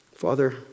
Father